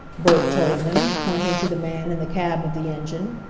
bert told him, pointing to the man in the cab of the engine.